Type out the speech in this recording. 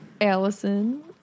allison